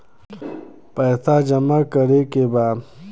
पैसा जमा करे के बा?